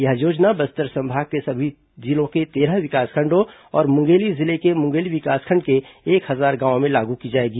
यह योजना बस्तर संभाग के सभी जिलों के तेरह विकासखंडों और मुंगेली जिले के मुंगेली विकासखंड के एक हजार गांवों में लागू की जाएगी